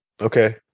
Okay